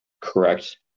correct